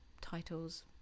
titles